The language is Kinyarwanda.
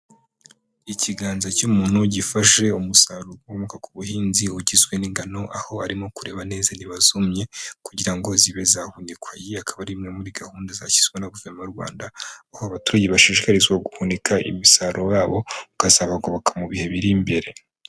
Ikiganza cy'umuntu gifashe umusaruro ukomoka ku buhinzi ugizwe n'ingano, aho arimo kureba neza niba zumye kugira ngo zibe zahunikwa, iyi akaba ari imwe muri gahunda zashyizweho na guverinoma y'u Rwanda, aho abaturage bashishikarizwa guhunika imisaruro yabo ukazabagoboka mu bihe biri imbere.